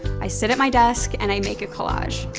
i sit at my desk and i make a collage.